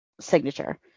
signature